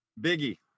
Biggie